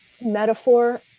metaphor